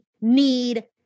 need